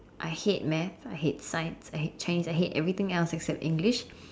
I hate math I hate science I hate Chinese I hate everything else except English